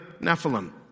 Nephilim